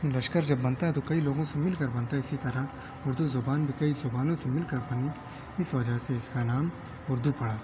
لشکر جب بنتا ہے تو کئی لوگوں سے مل کر بنتا ہے اسی طرح اردو زبان بھی کئی زبانوں سے مل کر بنی اس وجہ سے اس کا نام اردو پڑا